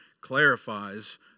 clarifies